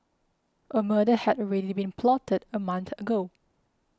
a murder had already been plotted a month ago